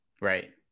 right